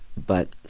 but,